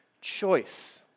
choice